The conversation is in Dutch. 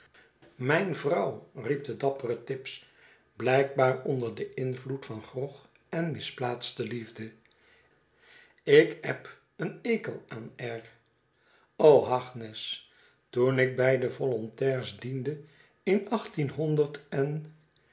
mijn vrouw riep de dappere tibbs blijkbaar onder den invloed van grog en misplaatste liefde ik eb een ekel aan er hagnes toen ik bij de volontairs diende in achttienhonderd en